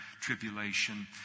tribulation